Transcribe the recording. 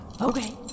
okay